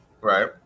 Right